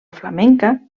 flamenca